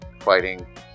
fighting